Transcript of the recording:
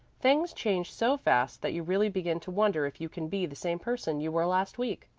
things change so fast that you really begin to wonder if you can be the same person you were last week.